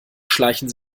schleichen